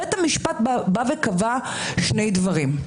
בית המשפט קבע שני דברים,